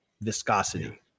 viscosity